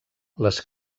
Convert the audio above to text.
les